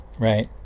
right